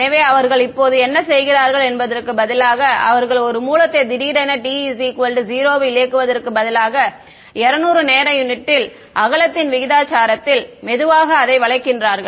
எனவே அவர்கள் இப்போது என்ன செய்கிறார்கள் என்பதற்குப் பதிலாக அவர்கள் ஒரு மூலத்தை திடீரென t 0 இல் இயக்குவதற்கு பதிலாக 20 நேர யூனிட்டில் அகலத்தின் விகிதாசார நேரத்தில் மெதுவாக அதை வளைக்கின்றார்கள்